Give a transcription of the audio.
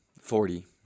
Forty